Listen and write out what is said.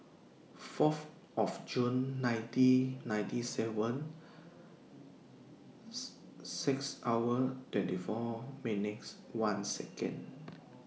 Fourth of June nineteen ninety seven six hour twenty four minutes one Second